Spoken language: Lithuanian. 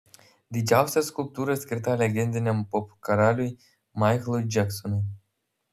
didžiausia skulptūra skirta legendiniam popkaraliui maiklui džeksonui